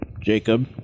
Jacob